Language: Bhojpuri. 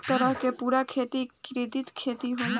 ए तरह के पूरा खेती कृत्रिम खेती होला